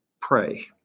pray